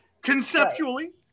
Conceptually